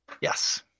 Yes